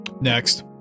Next